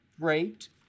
Great